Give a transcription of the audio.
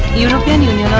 european union